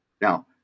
Now